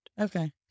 Okay